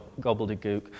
gobbledygook